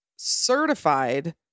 certified